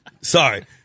Sorry